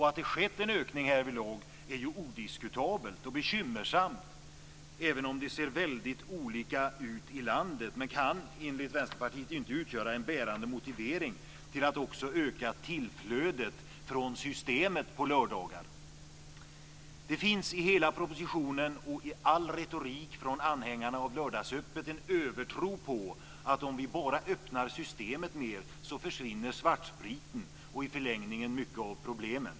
Att det skett en ökning härvidlag är ju odiskutabelt och bekymmersamt, även om det ser väldigt olika ut i landet. Men detta kan enligt Vänsterpartiet inte utgöra en bärande motivering till att också öka tillflödet från Systemet på lördagar. Det finns i hela propositionen och i all retorik från anhängarna av lördagsöppet en övertro på att om vi bara öppnar Systemet mer så försvinner svartspriten och i förlängningen mycket av problemen.